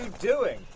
doing?